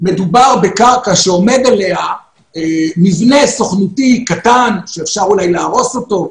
מדובר בקרקע שעומד עליה מבנה סוכנותי קטן שניתן אולי להרוס אותו,